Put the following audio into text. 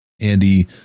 Andy